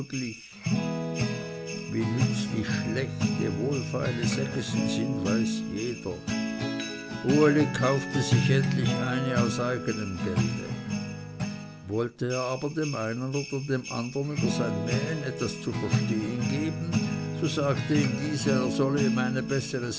wie nützlich schlechte wohlfeile segessen sind weiß jeder uli kaufte sich endlich eine aus eigenem gelde wollte er aber dem einen oder dem andern über sein mähen etwas zu verstehen geben so sagte ihm dieser er solle ihm eine bessere